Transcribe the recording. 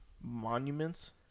monuments